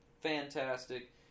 fantastic